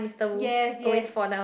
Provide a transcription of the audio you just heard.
yes yes